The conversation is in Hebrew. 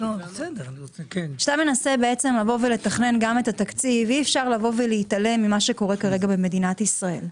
אתה לא יכול להתעלם ממה שקורה כרגע במדינת ישראל,